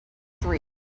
three